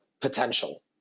potential